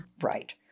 Right